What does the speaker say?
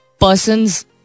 person's